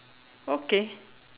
okay